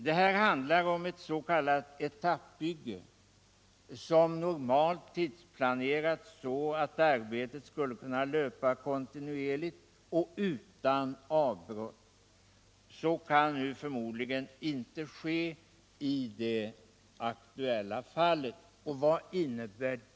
Det här handlar om ctt s.k. etappbygge, som normalt tidsplaneras så att arbetet skall kunna löpa kontinuerligt utan avbrott. Så kan nu förmodligen inte ske i det aktuella fallet.